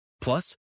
Plus